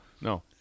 no